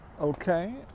okay